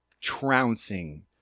trouncing